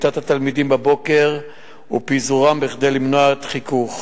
בקליטת התלמידים בבוקר ובפיזורם כדי למנוע חיכוך.